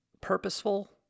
purposeful